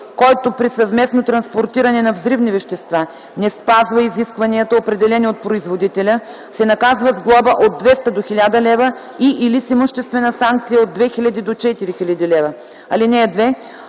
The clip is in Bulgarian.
Който при съвместно транспортиране на взривни вещества не спазва изискванията, определени от производителя, се наказва с глоба от 200 до 1000 лв. и/или с имуществена санкция от 2000 до 4000 лв. (2) При